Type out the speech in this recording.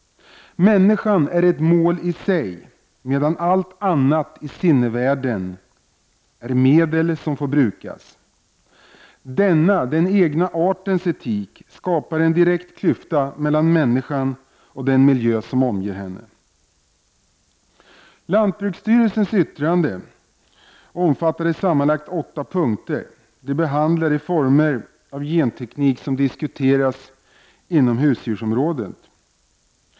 Människan är ett mål i sig, medan allt annat i sinnevärlden är medel som får brukas. Denna, den egna artens etik, skapar en klyfta mellan människan och den miljö som omger henne. Lantbruksstyrelsens yttrande omfattade sammanlagt åtta punkter. Det behandlade de former av genteknik som diskuteras inom husdjursområdet.